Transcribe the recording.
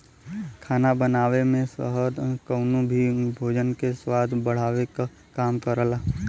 खाना बनवले में शहद कउनो भी भोजन के स्वाद बढ़ावे क काम करला